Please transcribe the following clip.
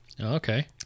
Okay